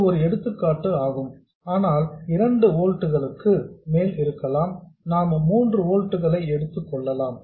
இது ஒரு எடுத்துக்காட்டு ஆகும் ஆனால் 2 வோல்ட்ஸ்க்கு மேல் இருக்கலாம் நாம் 3 வோல்ட்ஸ்களை எடுத்துக் கொள்வோம்